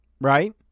right